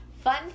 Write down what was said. Fun